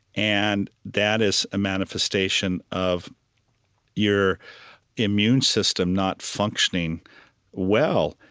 and that is a manifestation of your immune system not functioning well.